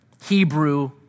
Hebrew